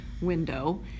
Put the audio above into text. window